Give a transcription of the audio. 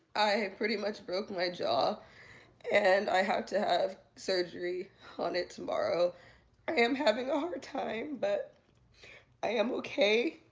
i pretty much broke my jaw and i have to have surgery on it tomorrow. i am having a hard time but i am okay.